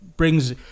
Brings